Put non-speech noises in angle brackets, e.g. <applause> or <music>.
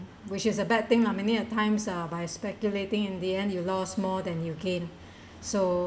which is a bad thing lah many a times uh by speculating in the end you lost more than you gain <breath> so